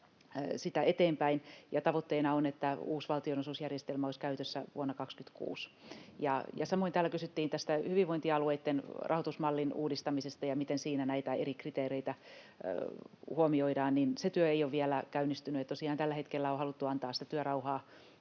sitä eteenpäin. Tavoitteena on, että uusi valtionosuusjärjestelmä olisi käytössä vuonna 26. Samoin täällä kysyttiin tästä hyvinvointialueitten rahoitusmallin uudistamisesta ja siitä, miten siinä näitä eri kriteereitä huomioidaan. Se työ ei ole vielä käynnistynyt. Tosiaan tällä hetkellä on haluttu antaa sitä työrauhaa